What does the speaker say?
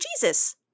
Jesus